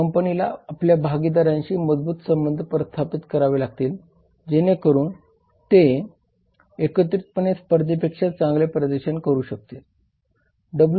कंपनीला आपल्या भागीदारांशी मजबूत संबंध प्रस्थापित करावे लागतील जेणेकरून ते एकत्रितपणे स्पर्धेपेक्षा चांगले प्रदर्शन करू शकतील